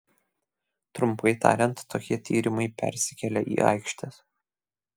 trumpai tariant tokie tyrimai persikelia į aikštes